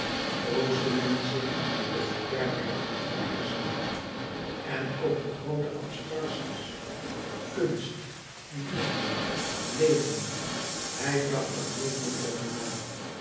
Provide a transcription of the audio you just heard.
troostte men zich met de beperktheid van zijn hersenen en ook de groote abstracties kunst liefde leven hij dacht er nooit meer over na